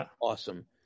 awesome